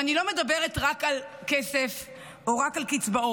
ואני לא מדברת רק על כסף או רק על קצבאות,